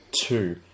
two